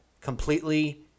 completely